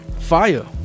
fire